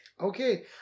Okay